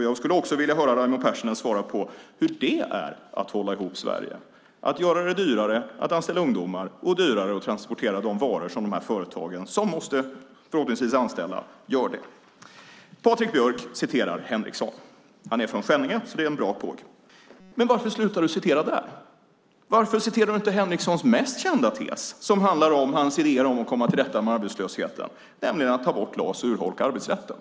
Jag skulle också vilja höra Raimo Pärssinen svara på hur det är att hålla ihop Sverige att göra det dyrare att anställa ungdomar och dyrare att transportera de varor som företagen som förhoppningsvis måste anställa behöver. Patrik Björck citerar Henrekson. Han är från Skänninge så det är en bra påg. Men varför slutar du citera där? Varför citerar du inte Henreksons mest kända tes, som handlar om hans idéer om att komma till rätta med arbetslösheten, nämligen att ta bort LAS och urholka arbetsrätten?